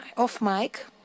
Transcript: Off-mic